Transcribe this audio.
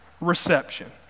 reception